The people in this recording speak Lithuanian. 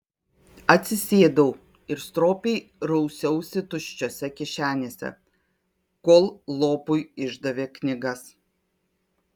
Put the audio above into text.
atsisėdau ir stropiai rausiausi tuščiose kišenėse kol lopui išdavė knygas